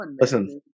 listen